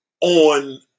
on